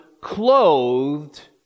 clothed